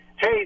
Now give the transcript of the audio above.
hey